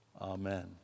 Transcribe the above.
Amen